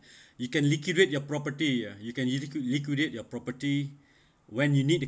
you can liquidate your property ah you can liquid~ liquidate your property when you need the